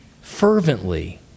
fervently